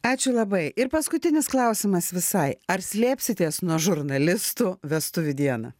ačiū labai ir paskutinis klausimas visai ar slėpsitės nuo žurnalistų vestuvių dieną